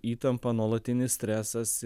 įtampa nuolatinis stresas